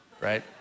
right